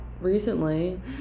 recently